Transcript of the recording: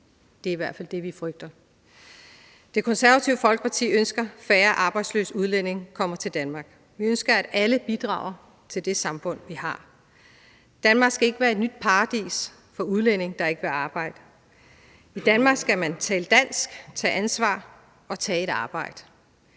Det er i hvert fald det, vi frygter. Det Konservative Folkeparti ønsker, at færre arbejdsløse udlændinge kommer til Danmark. Vi ønsker, at alle bidrager til det samfund, vi har. Danmark skal ikke være et nyt paradis for udlændinge, der ikke vil arbejde. I Danmark skal man tale dansk, tage ansvar og tage et arbejde.